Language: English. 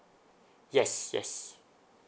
yes yes